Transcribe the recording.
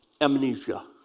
amnesia